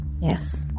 Yes